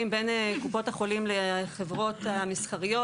בין קופות החולים לחברות המסחריות.